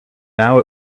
now